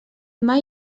mai